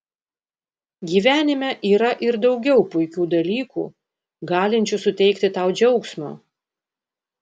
gyvenime yra ir daugiau puikių dalykų galinčių suteikti tau džiaugsmo